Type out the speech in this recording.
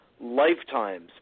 lifetimes